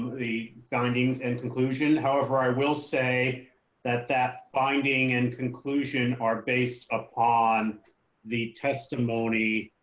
the findings and conclusion. however, i will say that that finding and conclusion are based upon the testimony